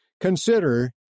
Consider